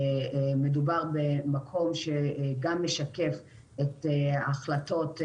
מדובר במקום שבו מתקבלות ההחלטות,